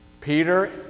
Peter